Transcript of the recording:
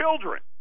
children